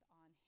on